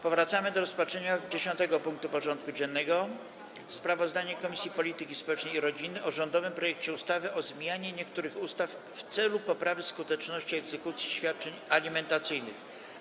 Powracamy do rozpatrzenia punktu 10. porządku dziennego: Sprawozdanie Komisji Polityki Społecznej i Rodziny o rządowym projekcie ustawy o zmianie niektórych ustaw w celu poprawy skuteczności egzekucji świadczeń alimentacyjnych.